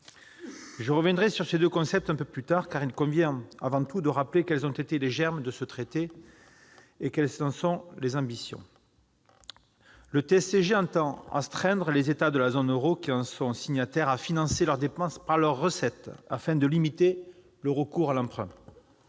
Je reviendrai sur ces deux concepts un peu plus tard, car il convient, avant tout, de rappeler quels ont été les germes de ce traité et quelles en sont les ambitions. Le TSCG entend astreindre les États de la zone euro qui en sont signataires à financer leurs dépenses par leurs recettes, afin de limiter le recours à l'emprunt.